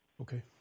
Okay